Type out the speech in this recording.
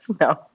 No